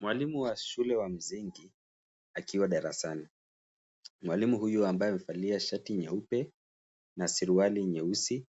Mwalimu wa shule ya msingi akiwa darasani. Mwalimu huyu ambaye amevalia shati nyeupe na suruali nyeusi